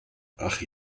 ach